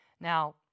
Now